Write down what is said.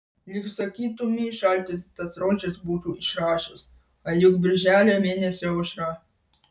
lyg sakytumei šaltis tas rožes būtų išrašęs o juk birželio mėnesio aušra